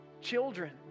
children